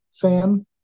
fan